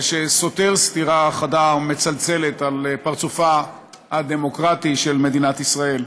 שסוטר סטירה חדה ומצלצלת על פרצופה ה"דמוקרטי" של מדינת ישראל.